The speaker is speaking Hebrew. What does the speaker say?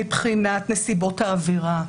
מבחינת נסיבות העבירה.